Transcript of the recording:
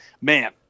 Man